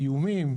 איומים,